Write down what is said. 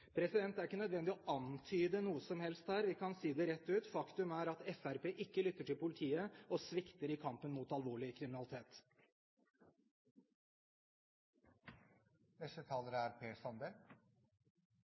barn. Det er ikke nødvendig å antyde noe som helst her, vi kan si det rett ut: Faktum er at Fremskrittspartiet ikke lytter til politiet, og svikter i kampen mot alvorlig